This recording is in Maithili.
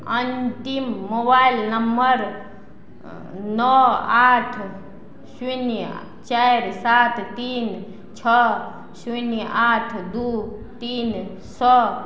अन्तिम मोबाइल नम्बर अँ नओ आठ शून्य चारि सात तीन छओ शून्य आठ दुइ तीन सओ